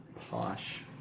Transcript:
posh